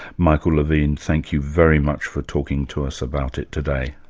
michael levine, thank you very much for talking to us about it today.